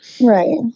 Right